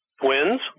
twins